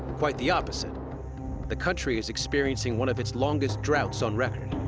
quite the opposite the country is experiencing one of its longest droughts on record.